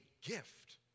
gift